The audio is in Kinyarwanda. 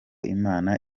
imana